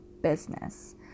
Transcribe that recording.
business